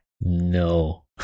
No